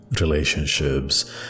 relationships